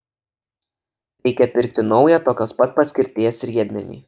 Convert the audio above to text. reikia pirkti naują tokios pat paskirties riedmenį